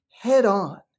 head-on